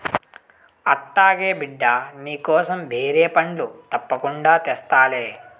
అట్లాగే బిడ్డా, నీకోసం బేరి పండ్లు తప్పకుండా తెస్తాలే